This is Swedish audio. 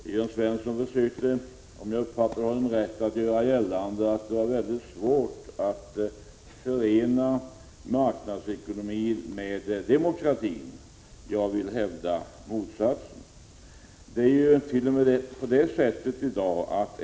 Jörn Svensson försökte, om jag uppfattade honom rätt, att göra gällande att det är mycket svårt att förena marknadsekonomin med demokrati. Jag vill hävda motsatsen.